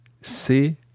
C'est